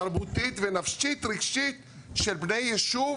תרבותית ונפשית-רגשית של בני יישוב